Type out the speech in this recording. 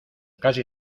casi